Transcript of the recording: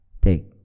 Take